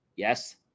Yes